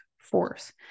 force